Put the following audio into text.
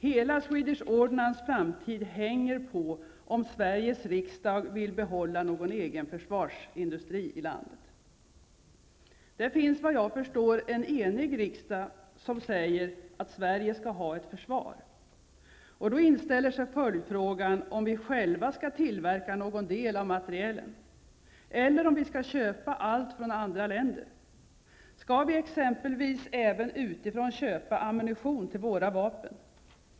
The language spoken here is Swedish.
Hela Swedish Ordnances framtid hänger på om Sveriges riksdag vill behålla någon egen försvarsindustri i landet. Det är, såvitt jag förstår, en enig riksdag som säger att Sverige skall ha ett försvar. Då inställer sig följdfrågan om vi själva skall tillverka någon del av materielen eller om vi skall köpa allt från andra länder. Skall vi exempelvis utifrån köpa ammunition till våra vapen?